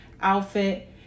outfit